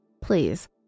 please